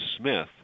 Smith